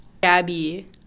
Gabby